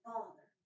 Father